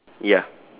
ya